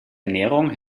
ernährung